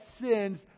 sins